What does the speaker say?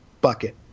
bucket